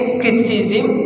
criticism